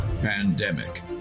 pandemic